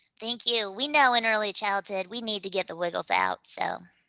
thank you. we know in early childhood, we need to get the wiggles out, so.